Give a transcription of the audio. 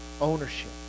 ownership